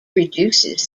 reduces